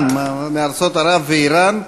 מארצות ערב ואיראן.